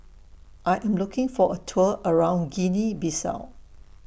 I Am looking For A Tour around Guinea Bissau